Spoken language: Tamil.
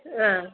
ஆ